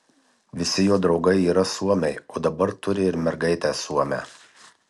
visi jo draugai yra suomiai o dabar turi ir mergaitę suomę